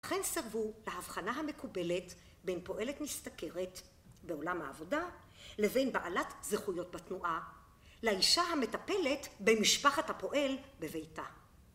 ולכן סרבו להבחנה המקובלת בין פועלת משתכרת בעולם העבודה לבין בעלת זכויות בתנועה לאישה המטפלת במשפחת הפועל בביתה